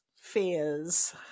fears